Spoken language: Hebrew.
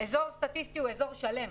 אזור סטטיסטי הוא אזור שלם.